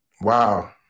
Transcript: Wow